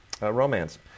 romance